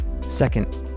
second